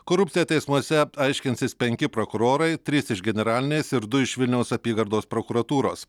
korupciją teismuose aiškinsis penki prokurorai trys iš generalinės ir du iš vilniaus apygardos prokuratūros